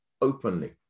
openly